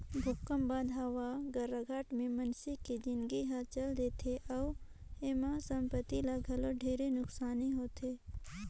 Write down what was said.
भूकंप बाद हवा गर्राघाटा मे मइनसे के जिनगी हर चल देथे अउ एम्हा संपति ल घलो ढेरे नुकसानी होथे